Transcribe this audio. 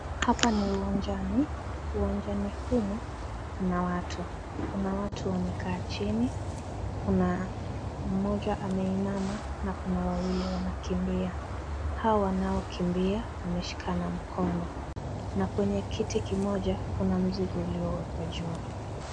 Hapa ni uwanjani, uwanjani humu mna watu, kuna watu wamekaa chini kuna mmoja ameinama na kuna wawili wanakimbia, hawa wanao kimbia wameshikana mkono na kwenye kiti kimoja kuna mzigo iliowekwa kwa jua.